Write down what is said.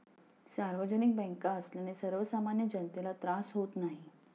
सार्वजनिक बँका असल्याने सर्वसामान्य जनतेला त्रास होत नाही